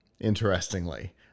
interestingly